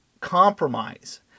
compromise